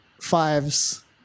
fives